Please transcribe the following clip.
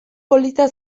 polita